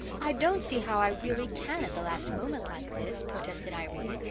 i don't see how i really can at the last moment like this, protested irene.